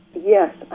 Yes